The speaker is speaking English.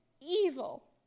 evil